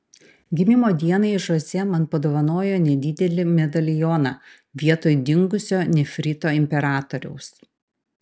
gimimo dienai žoze man padovanojo nedidelį medalioną vietoj dingusio nefrito imperatoriaus